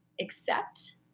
accept